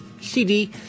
CD